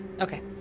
okay